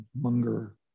Munger